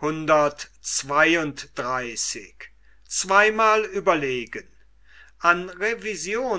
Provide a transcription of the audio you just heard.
an revision